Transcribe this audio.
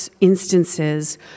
instances